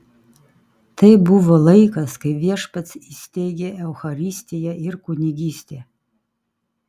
tai buvo laikas kai viešpats įsteigė eucharistiją ir kunigystę